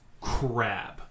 crab